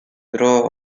trova